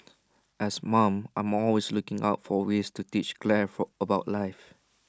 as mom I'm always looking out for ways to teach Claire for about life